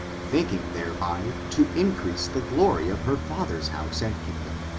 thinking thereby to increase the glory of her father's house and kingdom,